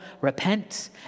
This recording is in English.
repent